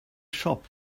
shop